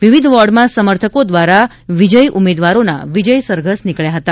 વિવિધ વોર્ડમાં સમર્થકો દ્વારા વિજયી ઉમેદવારોના વિજયસરઘસ નીકળ્યા હતા